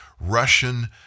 Russian